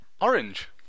Orange